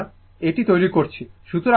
আমি এটা তৈরি করেছি